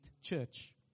Church